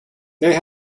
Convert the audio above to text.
they